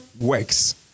works